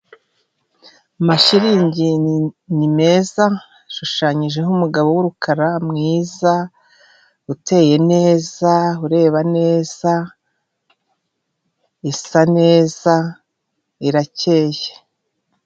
Amashiringi ni meza ashushanyijeho umugabo w'urukara mwiza, uteye neza, ureba neza, isa neza, irakeye.